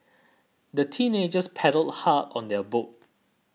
the teenagers paddled hard on their boat